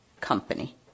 company